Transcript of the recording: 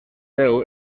déu